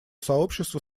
сообществу